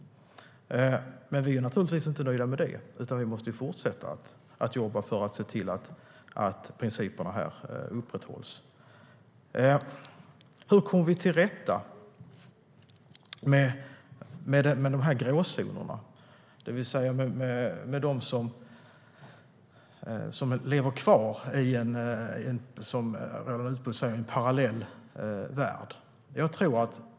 Men vi är naturligtvis inte nöjda med det utan måste fortsätta jobba för att se till att principerna upprätthålls. Hur kommer vi till rätta med gråzonerna, det vill säga med dem som lever kvar i en parallell värld?